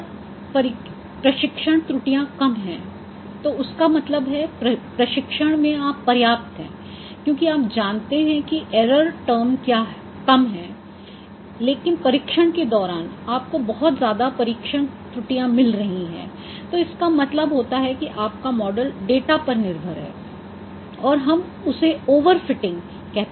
अगर प्रशिक्षण त्रुटियाँ कम हैं तो उसका मतलब है कि प्रशिक्षण में आप पर्याप्त है क्योंकि आप जानते हैं कि एरर टर्म कम है लेकिन परिक्षण के दौरान आपको बहुत ज्यादा परिक्षण त्रुटियाँ मिल रहीं हैं तो इसका मतलब होता है की आपका मॉडल डेटा पर निर्भर है और हम उसे ओवर फिटिंग कहते हैं